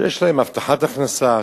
שיש להן הבטחת הכנסה,